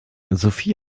sophie